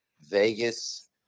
Vegas